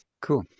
Cool